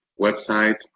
website,